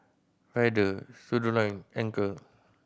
Feather Studioline Anchor